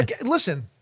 Listen